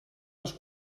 les